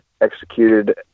executed